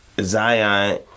Zion